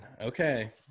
okay